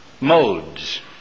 modes